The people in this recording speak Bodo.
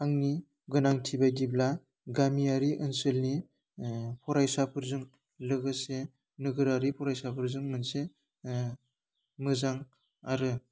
आंनि गोनांथि बायदिब्ला गामियारि ओनसोलनि ओह फरायसाफोरजों लोगोसे नोगोरारि फरायसाफोरजों मोनसे ओह मोजां आरो